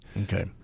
Okay